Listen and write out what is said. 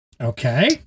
Okay